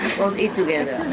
both eat together.